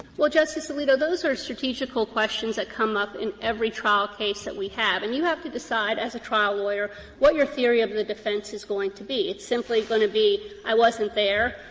well, justice alito, those are strategical questions that come up in every trial case that we have. and you have to decide as a trial lawyer what your theory of the defense is going to be. it's simply going to be, i wasn't there,